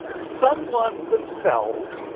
someone themselves,